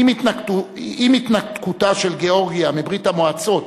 עם התנתקותה של גאורגיה מברית-המועצות,